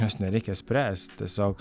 jos nereikia spręst tiesiog